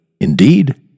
indeed